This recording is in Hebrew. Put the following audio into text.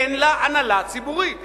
אין לה הנהלה ציבורית.